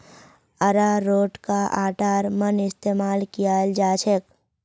अरारोटका आटार मन इस्तमाल कियाल जाछेक